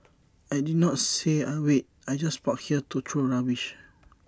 I did not say I wait I just park here to throw rubbish